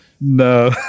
No